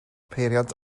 peiriant